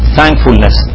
thankfulness